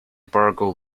burgle